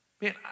man